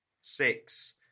Six